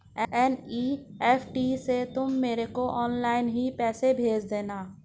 NEFT से तुम मेरे को ऑनलाइन ही पैसे भेज देना